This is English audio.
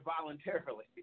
voluntarily